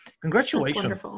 congratulations